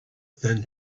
then